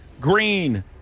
Green